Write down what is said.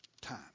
time